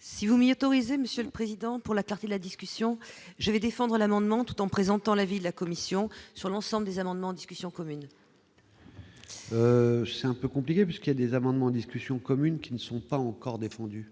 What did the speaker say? Si vous m'y autorisez monsieur le président, pour la clarté de la discussion, je vais défendre l'amendement tout en présentant l'avis de la commission sur l'ensemble des amendements, discussions communes. C'est un peu compliqué puisqu'il y a des amendements, discussions communes qui ne sont pas encore défendu